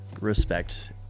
respect